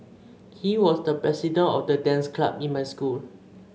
he was the president of the dance club in my school